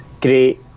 great